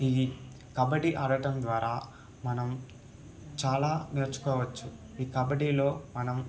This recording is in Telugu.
ఈ కబడీ ఆడటం ద్వారా మనం చాలా నేర్చుకోవచ్చు ఈ కబడీలో మనం